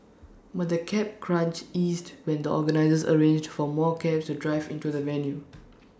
but the cab crunch eased when the organisers arranged for more cabs to drive into the venue